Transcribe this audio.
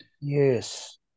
Yes